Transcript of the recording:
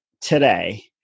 today –